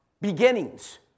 Beginnings